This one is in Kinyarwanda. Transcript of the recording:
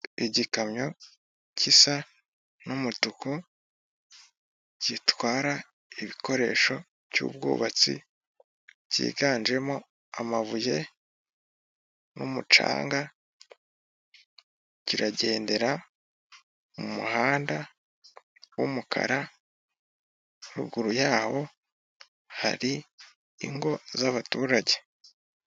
Igikamyo gisa n'umutuku gitwara ibikoresho cy'ubwubatsi cyiganjemo amabuye n'umucanga kiragendera mu muhanda w'umukara ruguru yaho hari ingo z'abaturage.